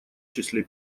числе